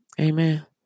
Amen